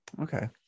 okay